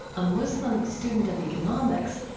a muslim student of economics,